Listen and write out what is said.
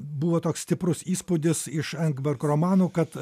buvo toks stiprus įspūdis iš engberk romanų kad